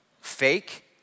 fake